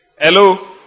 Hello